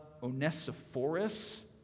Onesiphorus